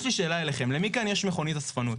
יש לי שאלה אליכם, למי כאן יש מכונית אספנות?